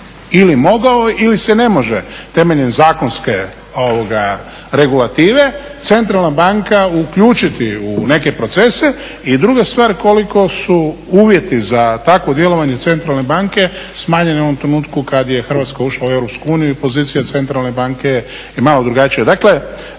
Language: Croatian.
ili mogao ili se ne može temeljem zakonske regulative centralna banka uključiti u neke procese. I druga stvar, koliko su uvjeti za takvo djelovanje centralne banke smanjeni u ovom trenutku kad je Hrvatska ušla u Europsku uniju i pozicija centralne banke je malo drugačija.